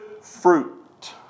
fruit